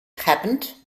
happened